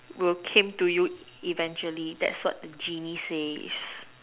will came to you eventually that's what the genie says